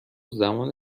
زمان